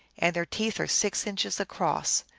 and their teeth are six inches across,